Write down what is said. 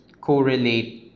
correlate